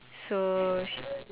so she